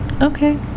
Okay